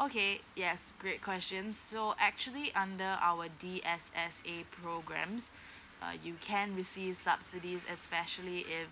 okay yes great questions so actually under our D_S_S_A programmes uh you can receive subsidies especially if